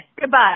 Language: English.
Goodbye